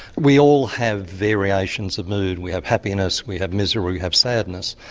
we all have variations of mood, we have happiness, we have misery, we have sadness,